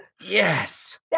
Yes